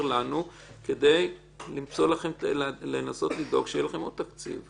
לנו כדי לנסות לדאוג שיהיה לכם עוד תקציב.